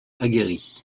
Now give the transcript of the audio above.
aguerris